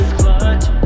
clutch